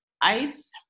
ice